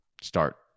start